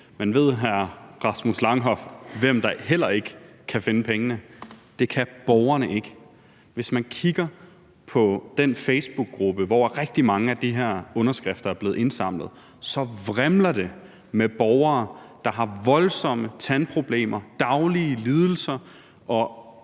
Langhoff, hvem der heller ikke kan finde pengene? Det kan borgerne ikke. Hvis man kigger på den facebookgruppe, hvor rigtig mange af de her underskrifter er blevet indsamlet, så vrimler det med borgere, der har voldsomme tandproblemer, daglige lidelser, og